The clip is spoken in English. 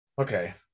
okay